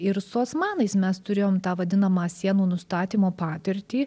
ir su osmanais mes turėjom tą vadinamą sienų nustatymo patirtį